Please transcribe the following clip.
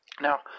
Now